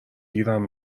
گیرم